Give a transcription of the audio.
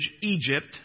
Egypt